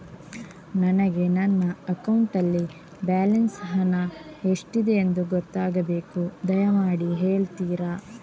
ನನಗೆ ನನ್ನ ಅಕೌಂಟಲ್ಲಿ ಬ್ಯಾಲೆನ್ಸ್ ಹಣ ಎಷ್ಟಿದೆ ಎಂದು ಗೊತ್ತಾಗಬೇಕು, ದಯಮಾಡಿ ಹೇಳ್ತಿರಾ?